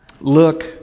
look